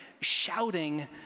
shouting